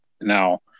now